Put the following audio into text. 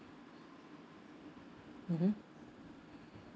mmhmm